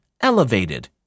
elevated